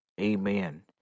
Amen